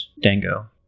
Dango